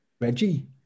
Reggie